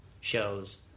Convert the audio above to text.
shows